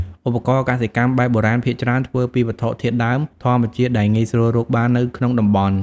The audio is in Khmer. ឧបករណ៍កសិកម្មបែបបុរាណភាគច្រើនធ្វើពីវត្ថុធាតុដើមធម្មជាតិដែលងាយស្រួលរកបាននៅក្នុងតំបន់។